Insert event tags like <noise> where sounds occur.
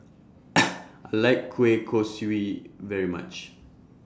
<noise> I like Kueh Kosui very much